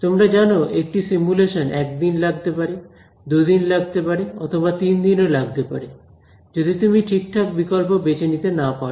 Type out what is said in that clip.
তোমরা জানো একটি সিমুলেশন এক দিন লাগতে পারে দুদিন লাগতে পারে অথবা তিন দিনও লাগতে পারে যদি তুমি ঠিকঠাক বিকল্প বেছে নিতে না পারো